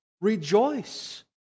rejoice